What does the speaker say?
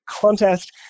contest